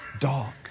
dog